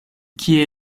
kie